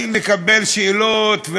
לקבל שאלות,